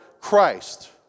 Christ